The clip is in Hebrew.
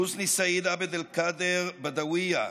חוסני סעיד עבד אלקאדר בדוויה,